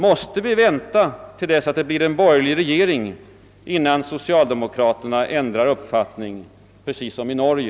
Måste vi vänta till dess att det blir en borgerlig regering innan socialdemokraterna ändrar uppfattning — precis som i Norge?